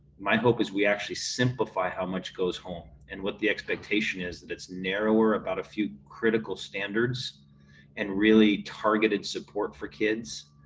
my hope is we actually simplify how much goes home and what the expectation is that it's narrow are about a few critical standards and really targeted support for kids,